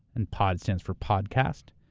and pod stands for, podcast.